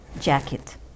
jacket